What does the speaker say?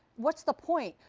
what's the point?